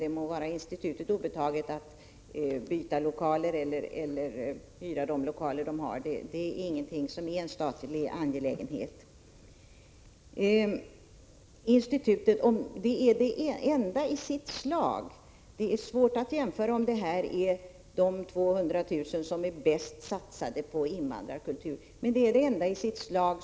Det må vara institutet obetaget att byta lokaler eller fortsätta att hyra sina nuvarande lokaler — det är inte någon statlig angelägenhet. Det är svårt att avgöra om dessa 250 000 kr. skulle vara den bästa satsningen på invandrarkultur, men institutet är det enda i sitt slag.